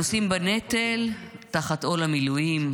הנושאים בנטל תחת עול המילואים,